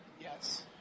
Yes